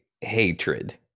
hatred